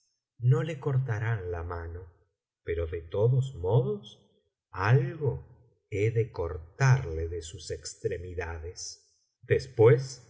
no le cortarán la mano pero de todos modos algo he de cortarle de sus extremidades después